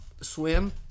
swim